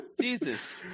Jesus